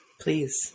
Please